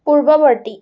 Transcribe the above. পূৰ্বৱৰ্তী